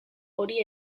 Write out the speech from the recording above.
hori